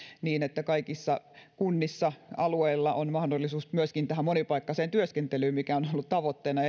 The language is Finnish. nä että kaikissa kunnissa kaikilla alueilla on mahdollisuus myöskin tähän monipaikkaiseen työskentelyyn ja digitaalisiin palveluihin mikä on ollut tavoitteena